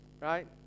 Right